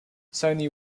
sony